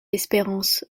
espérance